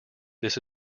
this